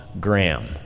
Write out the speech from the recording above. Graham